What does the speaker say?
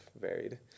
varied